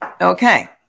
okay